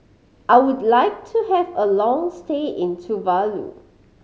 I would like to have a long stay in Tuvalu